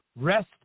Rest